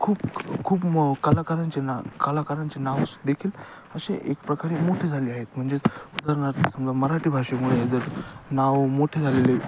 खूप खूप मो कलाकारांचे ना कलाकारांचे नावच देखील असे एक प्रकारे मोठे झाले आहेत म्हणजेच उदाहरणार्थ समजा मराठी भाषेमुळे जर नाव मोठे झालेले